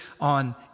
on